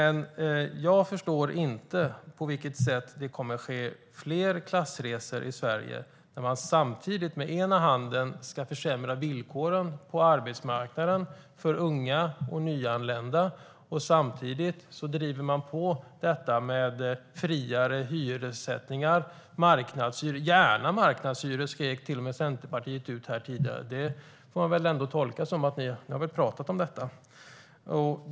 Men jag förstår inte på vilket sätt det kommer att ske fler klassresor i Sverige när man med ena handen ska försämra villkoren på arbetsmarknaden för unga och nyanlända och med den andra driva på för friare hyressättning och marknadshyror. Gärna marknadshyror, skrek Centerpartiet till och med ut här tidigare. Det får man väl ändå tolka som att ni har pratat om detta.